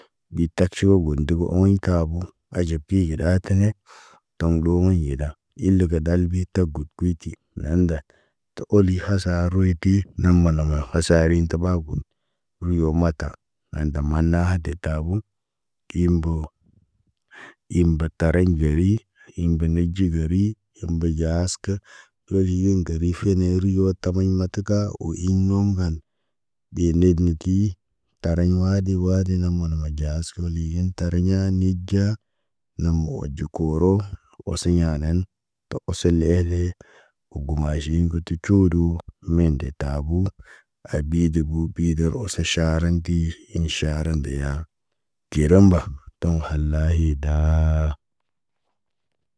De taʃubu dogo oɲiŋg tabo aɟib ki giɗatane toŋg ɗo ŋida yeda. Ile ge ɗal bit tak god kuwiti landa. Tə oli hasa rooyiti, naŋg mana khasarin ti ɓa gun, ruyio mata. Anta manda ha de tabu tiimbo. Imbatariɲ ɟoɗi, iombe neɟi gari, imbe ɟaas kə, oliɲen geri fəred yeniyoro tabiɲ mataka wo im nom ŋgal. De ned nikii, tariɲ wadi wadi ɗe na manama ɟaayiskin wala yiyit tariɲa niɟa. Nama oɟo koro, osiɲa nan, to oso le le. Wo gup majiɲin kə tə cuudu, imende tabuu. Habi digu pir da rosey taʃaarenti, inʃaaren deya. Tiye romba, toŋg hala hi daa.